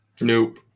Nope